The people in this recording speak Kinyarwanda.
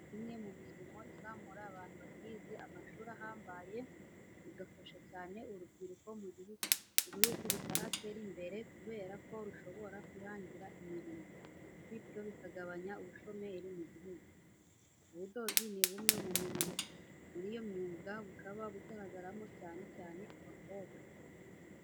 Imyuga ni kimwe mu mirimo izamura abantu batize amashuri ahambaye, bigafasha cyane urubyiruko mu bihugu bitaratera imbere kubera ko rushobora kwihangira imirimo, bityo bikagabanya ubushomeri mu gihugu. Ubudozi ni bumwe muri iyo myuga, bukaba bugaragaramo cyane cyane abakobwa.